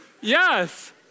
Yes